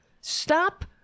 Stop